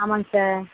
ஆமாம்ங்க சார்